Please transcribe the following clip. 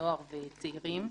נוער וצעירים,